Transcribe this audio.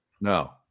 No